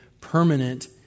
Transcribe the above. permanent